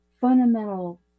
fundamental